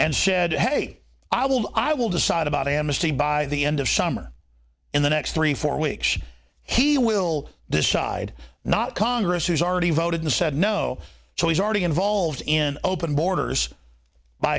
and shed hey i will i will decide about amnesty by the end of summer and the next three four weeks he will decide not congress has already voted and said no he's already involved in open borders by